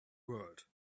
world